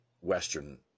Western